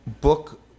book